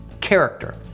Character